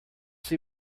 see